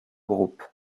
groupe